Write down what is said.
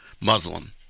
Muslim